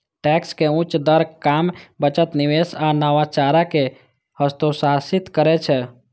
tax के उच्च दर काम, बचत, निवेश आ नवाचार कें हतोत्साहित करै छै